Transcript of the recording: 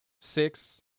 six